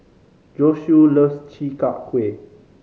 Josue loves Chi Kak Kuih